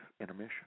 intermission